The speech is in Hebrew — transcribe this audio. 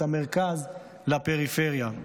את המרכז לפריפריה.